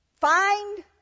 Find